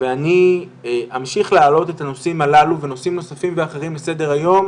ואני אמשיך להעלות את הנושאים הללו ונושאים נוספים ואחרים לסדר היום